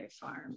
farm